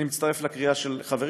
אני מצטרף לקריאה של חברי,